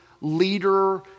leader